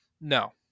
No